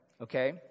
okay